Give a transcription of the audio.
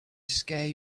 scare